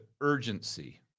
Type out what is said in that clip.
urgency